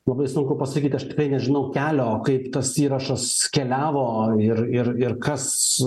labai sunku pasakyt aš tikrai nežinau kelio kaip tas įrašas keliavo ir ir ir kas